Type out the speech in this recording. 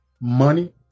money